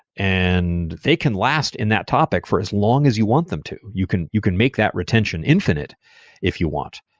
and they can last in that topic for as long as you want them to. you can you can make that retention infinite if you want.